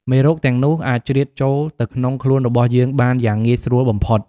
មេរោគទាំងនោះអាចជ្រៀតចូលទៅក្នុងខ្លួនរបស់យើងបានយ៉ាងងាយស្រួលបំផុត។